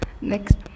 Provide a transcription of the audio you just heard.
Next